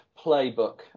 playbook